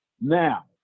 Now